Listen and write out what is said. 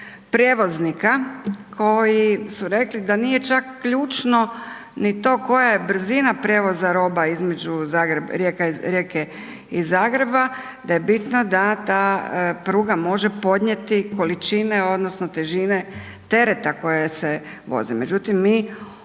prijevoznika koj su rekli da nije čak ključno ni to koja je brzina prijevoza roba između Rijeke i Zagreba, da je bitno da ta pruga može podnijeti količine odnosno težine tereta koje se vozi.